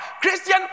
Christian